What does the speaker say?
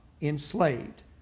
enslaved